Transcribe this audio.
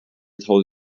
told